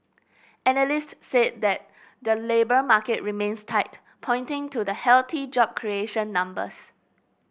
analyst said that the labour market remains tight pointing to the healthy job creation numbers